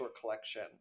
collection